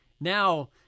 now